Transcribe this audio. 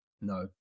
no